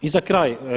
I za kraj.